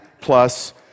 plus